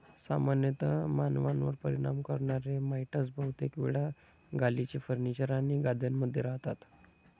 सामान्यतः मानवांवर परिणाम करणारे माइटस बहुतेक वेळा गालिचे, फर्निचर आणि गाद्यांमध्ये रहातात